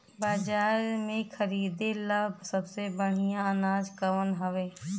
बाजार में खरदे ला सबसे बढ़ियां अनाज कवन हवे?